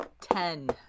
Ten